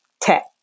tech